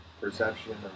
perception